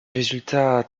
résultats